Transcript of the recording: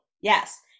yes